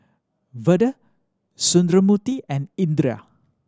Vedre Sundramoorthy and Indira